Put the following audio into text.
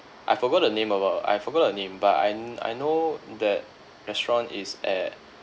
I forgot the name about I forgot the name but I I know that restaurant is at